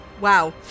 Wow